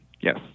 Yes